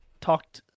Talked